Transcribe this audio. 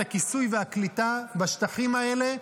את הכיסוי והקליטה בשטחים האלה.